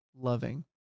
loving